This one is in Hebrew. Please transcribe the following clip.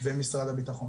ומשרד הבטחון.